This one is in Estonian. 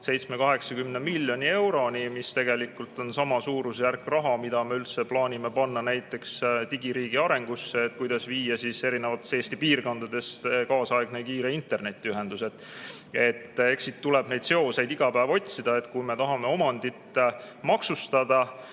70–80 miljoni euroni, mis tegelikult on sama suurusjärk raha, mille üldse plaanime panna näiteks digiriigi arengusse, et viia erinevatesse Eesti piirkondadesse kaasaegne kiire internetiühendus. Eks siit tuleb neid seoseid iga päev otsida. Kui me tahame omandit maksustada